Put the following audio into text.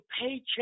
paycheck